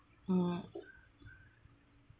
mm